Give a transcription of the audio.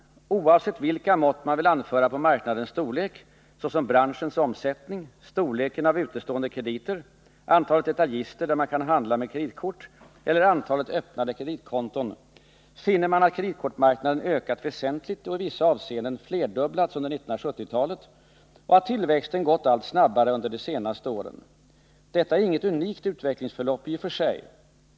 Oavsett vilka mått man vill anföra på marknadens storlek, såsom branschens omsättning, storleken av utestående krediter, antalet detaljister där man kan handla med kreditkort eller antalet öppnade kreditkonton, finner man att kreditkortsmarknaden ökat väsentligt och i vissa avseenden flerdubblats under 1970-talet och att tillväxten gått allt snabbare under de senaste åren. Detta är inget unikt utvecklingsförlopp i och för sig.